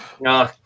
no